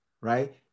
right